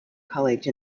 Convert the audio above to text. college